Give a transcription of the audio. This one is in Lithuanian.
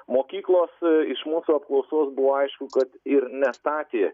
mokyklos iš mūsų apklausos buvo aišku kad ir nestatė